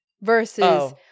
versus